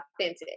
authentic